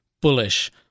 bullish